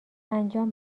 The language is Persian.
انجام